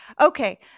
okay